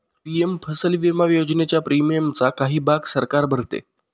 PM Fasal Bima योजनेच्या प्रीमियमचा काही भाग सरकार भरते